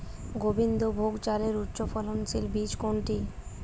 গোবিন্দভোগ চালের উচ্চফলনশীল বীজ কোনটি?